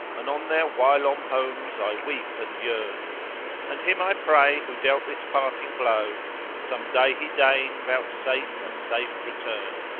and on their whilome homes i weep and yearn and him i pray who dealt this parting-blow some day he deign vouchsafe a safe return.